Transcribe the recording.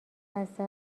بسته